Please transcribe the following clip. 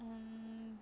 হুম